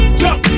jump